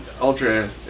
ultra